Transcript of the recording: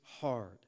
hard